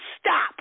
stop